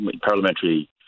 Parliamentary